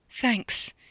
Thanks